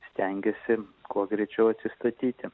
stengiasi kuo greičiau atsistatyti